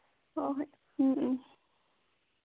ꯍꯣꯏ ꯍꯣꯏ ꯎꯝ ꯎꯝ